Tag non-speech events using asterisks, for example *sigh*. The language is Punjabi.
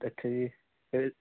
ਇੱਥੇ ਜੀ *unintelligible*